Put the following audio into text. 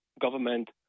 government